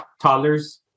toddlers